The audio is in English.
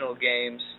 games